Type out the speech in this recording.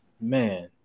man